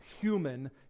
human